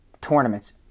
tournaments